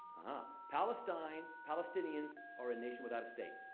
uh-huh. palestine palestinians are a nation without a state.